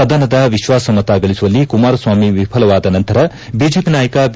ಸದನದ ವಿಶ್ವಾಸಮತ ಗಳಿಸುವಲ್ಲಿ ಕುಮಾರಸ್ವಾಮಿ ವಿಫಲವಾದ ನಂತರ ಬಿಜೆಪಿ ನಾಯಕ ಬಿ